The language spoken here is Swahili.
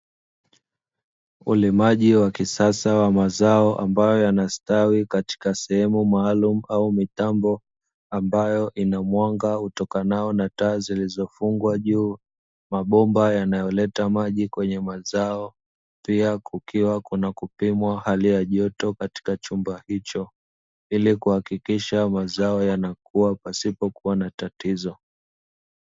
Ulimaji wa kisasa wa mazao ambayo yanastawi katika sehemu maalumu au mitambo ambayo mwanga hutokanayo na taa zilizofungwa juu, mabomba yanayoleta maji ya mazao pia kuna kupimwa hali ya joto katika chumba hicho ilikuhakikisha mazao yanakuwa pasipokuwa na tatizo.